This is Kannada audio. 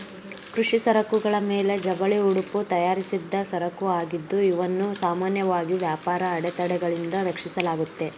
ಕೃಷಿ ಸರಕುಗಳ ಮೇಲೆ ಜವಳಿ ಉಡುಪು ತಯಾರಿಸಿದ್ದ ಸರಕುಆಗಿದ್ದು ಇವನ್ನು ಸಾಮಾನ್ಯವಾಗಿ ವ್ಯಾಪಾರದ ಅಡೆತಡೆಗಳಿಂದ ರಕ್ಷಿಸಲಾಗುತ್ತೆ